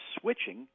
switching